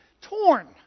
torn